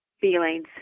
feelings